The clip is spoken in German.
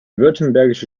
württembergische